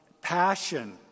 passion